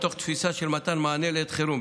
מתוך תפיסה של מתן מענה לעת חירום.